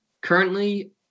currently